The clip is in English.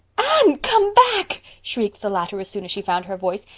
anne, come back, shrieked the latter, as soon as she found her voice.